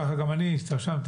ככה גם אני התרשמתי,